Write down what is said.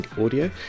Audio